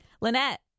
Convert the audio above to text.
Lynette